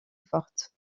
forte